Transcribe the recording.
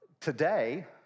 today